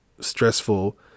stressful